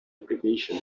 application